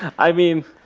i mean,